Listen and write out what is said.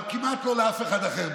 אבל לא לכמעט אף אחד אחר,